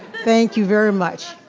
thank you very much.